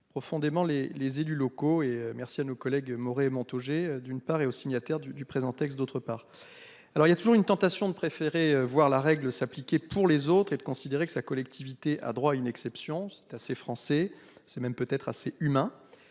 profondément les, les élus locaux et merci à nos collègues Maurer Montaugé d'une part et aux signataires du présent texte, d'autre part. Alors il y a toujours une tentation de préférer voir la règle s'appliquer pour les autres et de considérer que sa collectivité a droit à une exception, c'est assez français. C'est même peut être assez humain.